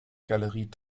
galerie